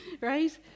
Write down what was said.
right